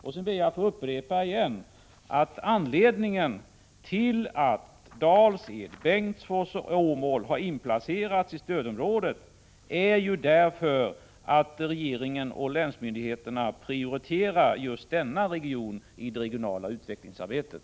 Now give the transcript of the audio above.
Jag ber att få upprepa att anledningen till att Dals-Ed, Bengtsfors och Åmål har inplacerats i stödområdet är att regeringen och länsmyndigheterna prioriterar just denna region i det regionala utvecklingsarbetet.